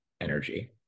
energy